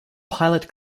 pilot